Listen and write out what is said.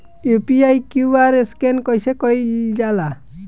UPI QR scan कइसे कईल जा ला?